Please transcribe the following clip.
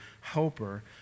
helper